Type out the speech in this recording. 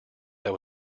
that